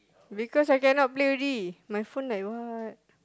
because I cannot play already my phone like what